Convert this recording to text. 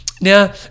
Now